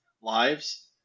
lives